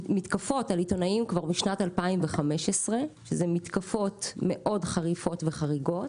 משנת 2015 שזה מתקפות מאוד חריפות וחריגות,